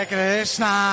Krishna